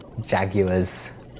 Jaguars